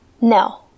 No